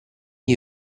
gli